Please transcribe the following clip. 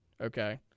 okay